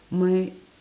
my